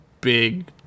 big